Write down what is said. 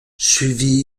suivit